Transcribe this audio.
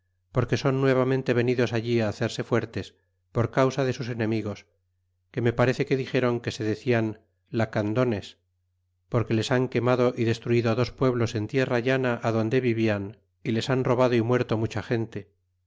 porque son nuevamente venidos allí hacerse fuertes por causa de sus enemigos que me parece que dixeron que se decian lacandones porque les han quemado y destruido dos pueblos en tierra llana adonde vivian y les han robado y muerto mucha gente